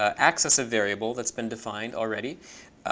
ah access of variable that's been defined already,